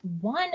one